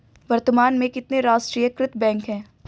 वर्तमान में कितने राष्ट्रीयकृत बैंक है?